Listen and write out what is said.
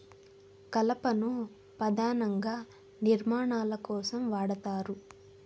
కలపను పధానంగా నిర్మాణాల కోసం వాడతారు